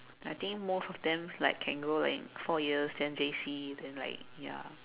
I think most of them like can go like four years then J_C then like ya